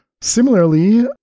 Similarly